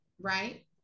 right